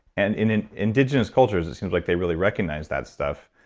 and in in indigenous cultures, it seems like they really recognize that stuff.